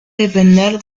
depender